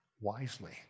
wisely